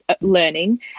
learning